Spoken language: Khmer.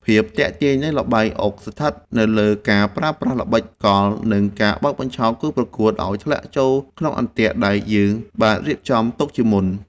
ភាពទាក់ទាញនៃល្បែងអុកស្ថិតនៅលើការប្រើប្រាស់ល្បិចកលនិងការបោកបញ្ឆោតគូប្រកួតឱ្យធ្លាក់ចូលក្នុងអន្ទាក់ដែលយើងបានរៀបចំទុកជាមុន។